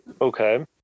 okay